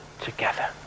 together